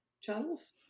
channels